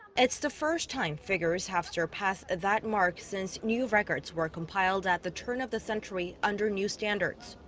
it's the first time figures have surpassed that mark since new records were compiled at the turn of the century under new standards.